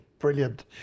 Brilliant